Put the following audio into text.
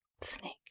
snake